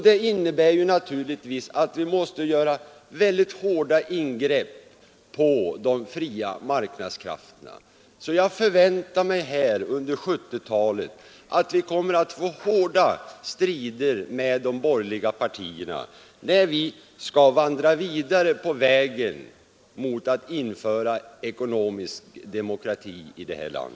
Det innebär naturligtvis att vi måste göra väldigt hårda ingrepp i de fria marknadskrafterna, så jag förväntar mig att vi under 1970-talet kommer att få hårda strider med de borgerliga partierna, när vi skall vandra vidare på vägen mot ekonomisk demokrati.